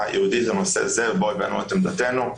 ייעודית לנושא זה ובה הבענו את עמדתנו.